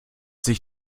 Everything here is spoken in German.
sich